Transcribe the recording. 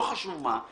לא חשוב מה,